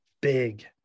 big